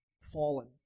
fallen